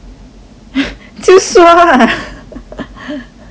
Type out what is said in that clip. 就是 lah